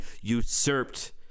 usurped